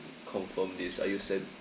confirm this are you send